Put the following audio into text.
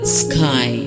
sky